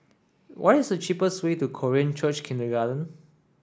what is the cheapest way to Korean Church Kindergarten